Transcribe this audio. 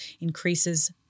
increases